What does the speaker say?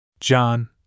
John